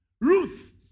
Ruth